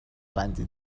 بندی